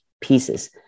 pieces